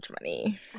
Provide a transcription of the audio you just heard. money